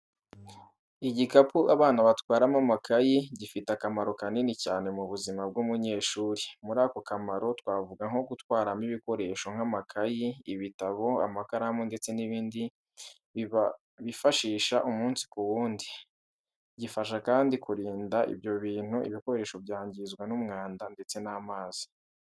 Igikapu abana batwaramo amakayi, gifite akamaro kanini cyane mu buzima bw’umunyeshuri. Muri ako kamaro twavuga nko gutwaramo ibikoresho nk'amakayi, ibitabo, amakaramu ndetse n'ibindi bifashisha umunsi ku wundi. Gifasha kandi kurinda ko ibyo ibikoresho byangizwa n'umwanda ndetse n'amazi.